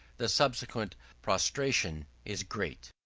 the subsequent prostration is great.